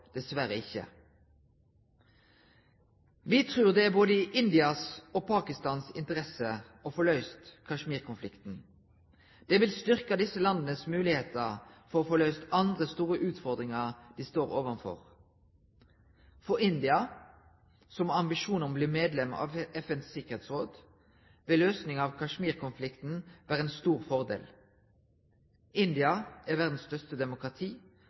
dessverre ikke. Vi tror det er i både Indias og Pakistans interesse å få løst Kashmir-konflikten. Det vil styrke disse landenes muligheter for å få løst andre store utfordringer de står overfor. For India – som har ambisjoner om å bli medlem av FNs sikkerhetsråd – vil løsning av Kashmir-konflikten være en stor fordel. India er verdens største demokrati